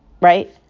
right